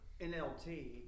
NLT